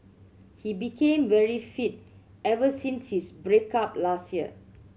he became very fit ever since his break up last year